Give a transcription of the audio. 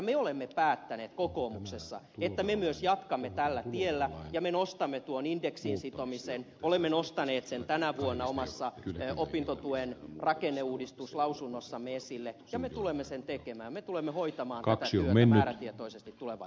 me olemme päättäneet kokoomuksessa että me myös jatkamme tällä tiellä ja me olemme nostaneet indeksiin sitomisen tänä vuonna omassa opintotuen rakenneuudistuslausunnossamme esille ja me tulemme sen tekemään me tulemme hoitamaan tätä työtä määrätietoisesti tulevaisuudessa